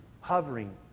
hovering